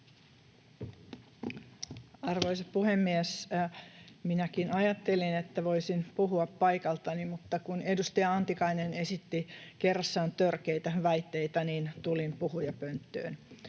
Arvoisa puhemies! Minäkin ajattelin, että voisin puhua paikaltani, mutta kun edustaja Antikainen esitti kerrassaan törkeitä väitteitä, niin tulin puhujapönttöön.